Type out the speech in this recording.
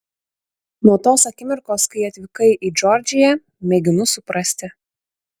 nuo tos akimirkos kai atvykai į džordžiją mėginu suprasti